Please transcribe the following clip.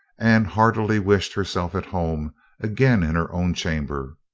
and heartily wished herself at home again in her own chamber.